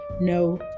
no